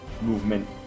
movement